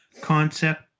concept